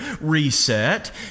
reset